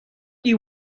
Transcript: you